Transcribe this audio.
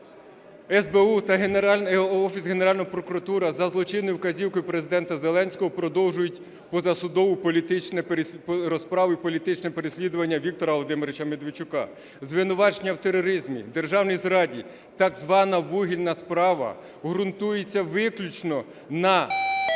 СБУ та Офіс Генерального прокурора за злочинною вказівкою Президента Зеленського продовжують позасудову розправу і політичне переслідування Віктора Володимировича Медведчука. Звинувачення в тероризмі, державній зраді, так звана вугільна справа ґрунтуються виключно на